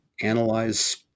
analyze